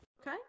Okay